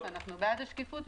אנחנו בעד השקיפות.